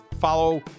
Follow